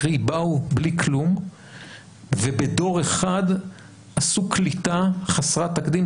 קרי באו בלי כלום ובדור אחד עשו קליטה חסרת תקדים.